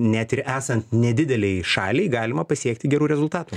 net ir esan nedidelei šaliai galima pasiekti gerų rezultatų